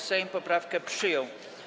Sejm poprawkę przyjął.